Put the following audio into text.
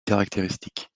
caractéristique